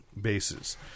bases